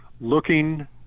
looking